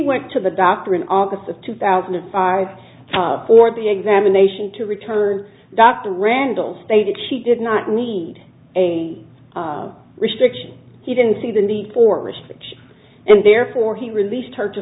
went to the doctor in august of two thousand and five for the examination to return dr randall stated she did not need a restriction he didn't see the need for research and therefore he released her to